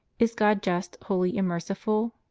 is god just, holy, and merciful?